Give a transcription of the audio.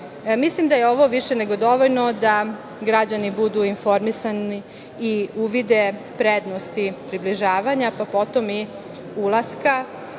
Šabac. Mislim da je ovo više nego dovoljno da građani budu informisani i uvide prednosti približavanja pa potom i ulaska